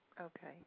Okay